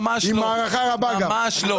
ממש לא.